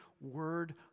word